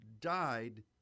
died